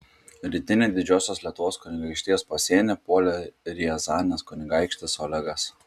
rytinį didžiosios lietuvos kunigaikštijos pasienį puolė riazanės kunigaikštis olegas